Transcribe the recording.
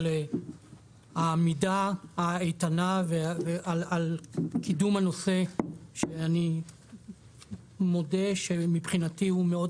על העמידה האיתנה על קידום הנושא שאני מודה שמבחינתי הוא מאוד